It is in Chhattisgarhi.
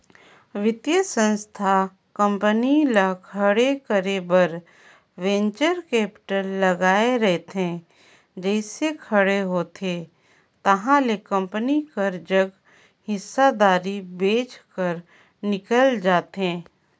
बित्तीय संस्था कंपनी ल खड़े करे बर वेंचर कैपिटल लगाए रहिथे जइसे खड़े होथे ताहले कंपनी कर जग हिस्सादारी बेंच कर निकल जाथे